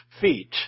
feet